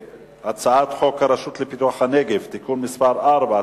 להצעת חוק הרשות לפיתוח הנגב (תיקון מס' 4),